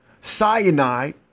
cyanide